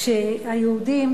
כשהיהודים,